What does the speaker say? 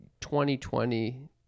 2020